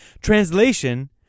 Translation